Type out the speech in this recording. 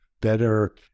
better